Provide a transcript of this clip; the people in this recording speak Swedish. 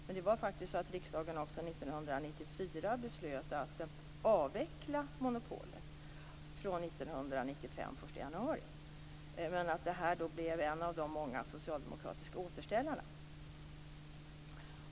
Men 1994 fattade riksdagen beslut om att avveckla monopolet fr.o.m. den 1 januari 1995. Men detta blev en av de många socialdemokratiska återställarna.